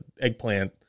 Eggplant